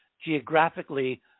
geographically